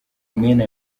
mwene